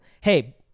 hey